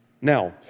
Now